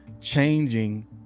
changing